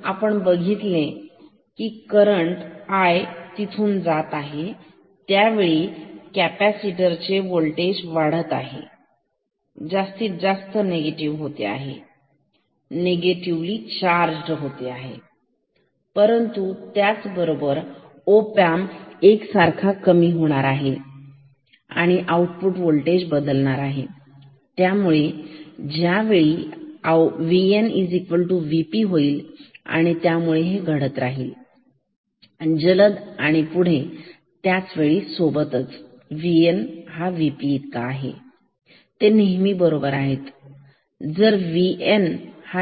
जर आपण बघितले आहे करंट I तिथून जात आहे त्यावेळी VC वाढणार आहे जास्तीत जास्त निगेटिव्ह निगेटिव्ह चार्ज परंतु त्याचबरोबर ओपन एक सारखा कमी होणार आहे Vo असा बदलणार आहे की ज्यामुळे VNVP होईल आणि त्यामुळे हे घडत आहे जलद आणि पुढे त्याच वेळी सोबतच VNVP नेहमीच बरोबर तर VN